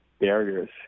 barriers